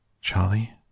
Charlie